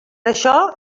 això